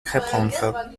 répondre